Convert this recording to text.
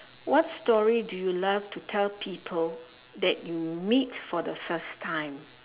what story do you love to tell people that you meet for the first time